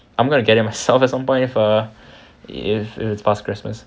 I'm gonna get it myself so if some point if err if it's past christmas